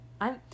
I'm-